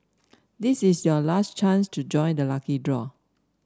this is your last chance to join the lucky draw